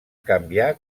canviar